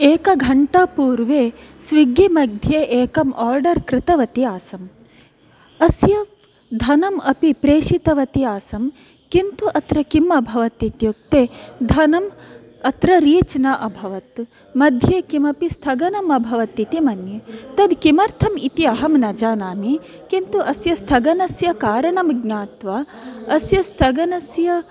एक घण्टा पूर्वे स्विग्गी मध्ये एकम् आर्डर् कृतवती आसम् अस्य धनम् अपि प्रेषितवती आसम् किन्तु अत्र किम् अभवत् इत्युक्ते धनम् अत्र रीच् न अभवत् मध्ये किमपि स्थगनम् अभवत् इति मन्ये तत् किमर्थम् इति अहं न जानामि किन्तु अस्य स्थगनस्य कारणं ज्ञात्वा अस्य स्थगनस्य